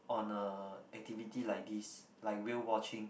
on a activity like this like whale watching